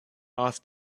off